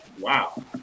Wow